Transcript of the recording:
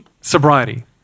Sobriety